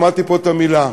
שמעתי פה את המילה.